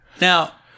now